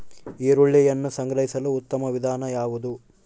ಈರುಳ್ಳಿಯನ್ನು ಸಂಗ್ರಹಿಸಲು ಉತ್ತಮ ವಿಧಾನ ಯಾವುದು?